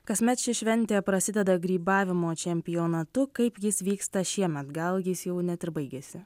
kasmet ši šventė prasideda grybavimo čempionatu kaip jis vyksta šiemet gal jis jau net ir baigėsi